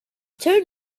turn